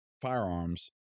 firearms